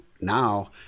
now